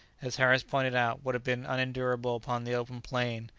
as harris pointed out, would have been unendurable upon the open plain,